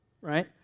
right